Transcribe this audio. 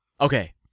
Okay